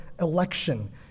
election